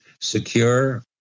Secure